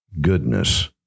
goodness